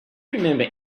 remember